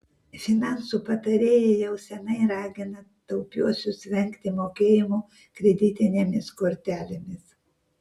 finansų patarėjai jau seniai ragina taupiuosius vengti mokėjimų kreditinėmis kortelėmis